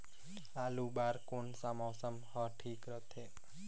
आलू बार कौन सा मौसम ह ठीक रथे?